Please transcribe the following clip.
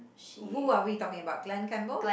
who are we talking about Glen-Campbell